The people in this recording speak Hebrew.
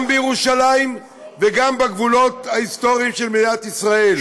גם בירושלים וגם בגבולות ההיסטוריים של מדינת ישראל.